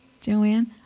Joanne